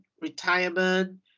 retirement